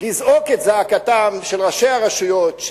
לזעוק את זעקתם של ראשי הרשויות,